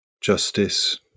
justice